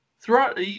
throughout